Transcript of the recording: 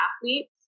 athletes